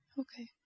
Okay